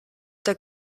der